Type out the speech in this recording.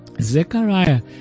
Zechariah